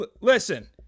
Listen